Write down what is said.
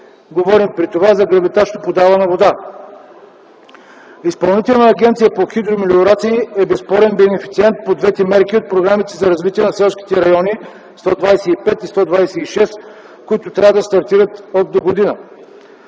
говорим за гравитачно подавана вода. Изпълнителната агенция по хидромелиорации е безспорен бенефициент по двете мерки 125 и 126 от програмите за развитие на селските райони, които трябва да стартират от догодина.